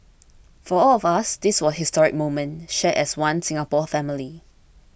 for all of us this was a historic moment shared as One Singapore family